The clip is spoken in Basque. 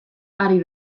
ari